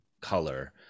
color